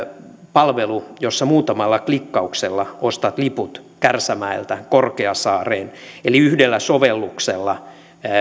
palvelu jossa muutamalla klikkauksella ostat liput kärsämäeltä korkeasaareen eli yhdellä sovelluksella